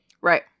Right